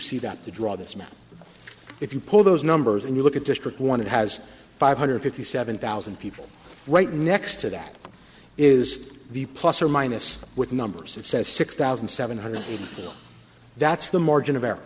see that to draw this map if you pull those numbers and you look at district one it has five hundred fifty seven thousand people right next to that is the plus or minus with numbers it says six thousand seven hundred two that's the margin of